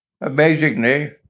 amazingly